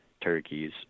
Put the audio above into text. turkeys